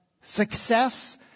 success